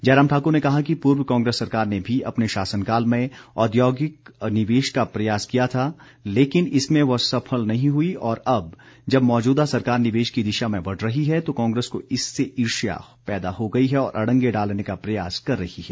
जयराम ठाकुर ने कहा कि पूर्व कांग्रेस सरकार ने भी अपने शासनकाल में औद्योगिक निवेश का प्रयास किया था लेकिन इसमें वह सफल नहीं हुई और अब जब मौजूदा सरकार निवेश की दिशा में बढ़ रही है तो कांग्रेस को इससे ईर्ष्या पैदा हो गई है और अड़ंगे डालने का प्रयास कर रही है